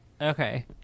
Okay